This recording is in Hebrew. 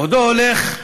עודו הולך,